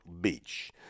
Beach